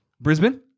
Brisbane